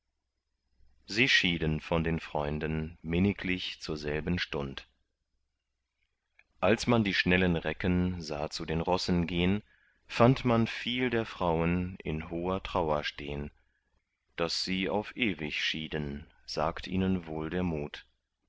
sie schieden von den freunden minniglich zur selben stund als man die schnellen recken sah zu den rossen gehn fand man viel der frauen in hoher trauer stehn daß sie auf ewig schieden sagt ihnen wohl der mut